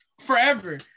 forever